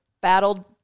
battled